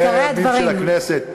הצעת חוק הסדרים במשק המדינה (תיקוני חקיקה)